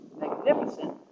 magnificent